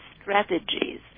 strategies